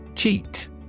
Cheat